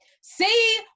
see